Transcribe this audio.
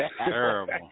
Terrible